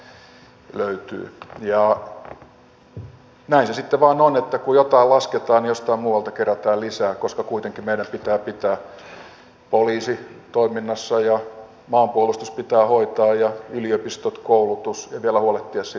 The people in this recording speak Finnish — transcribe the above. näin se sitten vain on että kun jotain lasketaan jostain muualta kerätään lisää koska meidän pitää kuitenkin pitää poliisi toiminnassa maanpuolustus pitää hoitaa sekä yliopistot ja koulutus ja vielä sitten pitää huolehtia toisistamme